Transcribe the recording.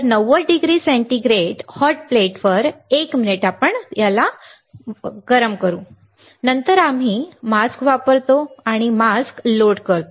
तर 90 degree centigrade hot प्लेटवर 1 minute बरोबर नंतर आम्ही मास्क वापरतो आम्ही मास्क लोड करतो